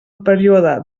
període